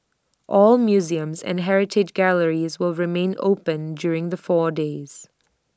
all museums and heritage galleries will remain open during the four days